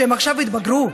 שעכשיו התבגרו,